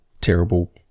terrible